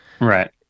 Right